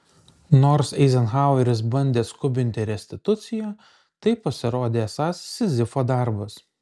nors eizenhaueris bandė skubinti restituciją tai pasirodė esąs sizifo darbas